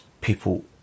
people